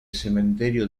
cementerio